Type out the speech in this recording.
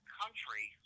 country